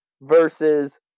versus